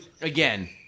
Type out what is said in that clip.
again